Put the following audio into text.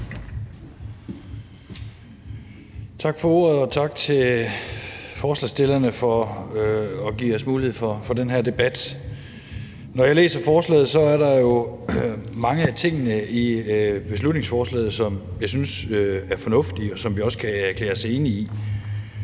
Tak for ordet, og tak til forslagsstillerne for at give os mulighed for at have den her debat. Når jeg læser beslutningsforslaget, ser jeg mange ting, som jeg synes er fornuftige, og som vi også kan erklære os enige i.